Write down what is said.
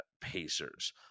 Pacers